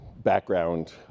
background